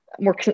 more